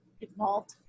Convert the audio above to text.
involved